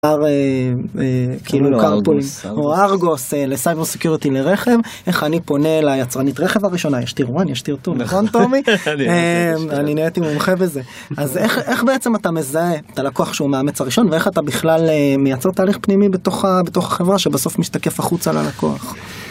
או ארגוס לסייבר סקיורטי לרכב, איך אני פונה ליצרנית רכב הראשונה, יש תיר 1, יש תיר 2, נכון תומי? אני נהייתי מומחה בזה. אז איך בעצם אתה מזהה את הלקוח שהוא מאמץ הראשון ואיך אתה בכלל מייצר תהליך פנימי בתוך החברה שבסוף משתקף החוצה ללקוח?